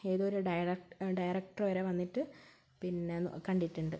ഏതൊരു ഡയറക്ടർ വരെ വന്നിട്ട് പിന്നെ കണ്ടിട്ടുണ്ട്